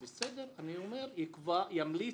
עבד אל חכים חאג' יחיא (הרשימה המשותפת): בסדר.